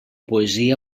poesia